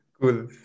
Cool